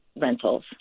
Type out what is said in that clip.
rentals